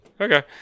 Okay